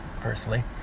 personally